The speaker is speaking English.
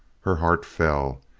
her heart fell.